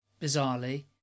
bizarrely